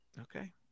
Okay